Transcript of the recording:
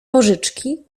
pożyczki